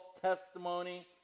testimony